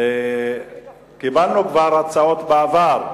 כבר קיבלנו הצעות בעבר,